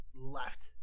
left